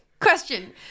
question